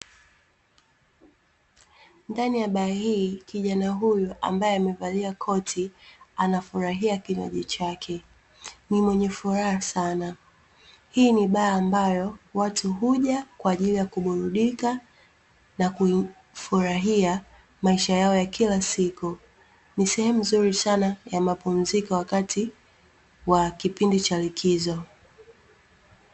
Ndani ya baa hii, kijana huyu, ambaye amevalia koti, anafurahia kinywaji chake. Ni mwenye furaha sana. Hii ni baa ambayo watu huja kwaajili ya kuburudika na kuifurahia maisha yao ya kila siku. Ni sehemu nzuri sana ya mapumziko wakati wa kipindi cha likizo.